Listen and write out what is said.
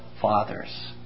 fathers